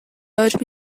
urged